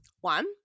One